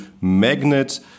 Magnet